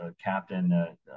captain